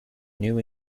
new